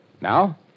Now